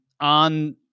on